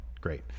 Great